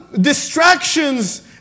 distractions